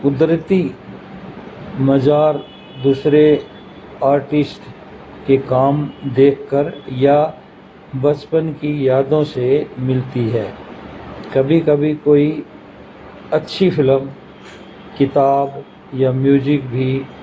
قدرتی مزار دوسرے آرٹسٹ کے کام دیکھ کر یا بچپن کی یادوں سے ملتی ہے کبھی کبھی کوئی اچھی فلم کتاب یا میوجک بھی